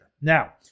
Now